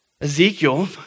Ezekiel